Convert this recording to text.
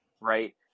right